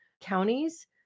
counties